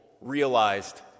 realized